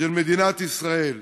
של מדינת ישראל.